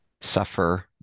suffer